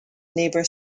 neighbor